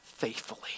Faithfully